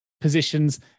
positions